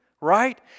right